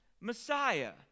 Messiah